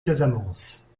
casamance